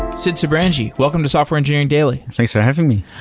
sid sijbrandij, welcome to software engineering daily thanks for having me.